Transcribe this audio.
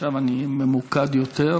עכשיו אני אהיה ממוקד יותר.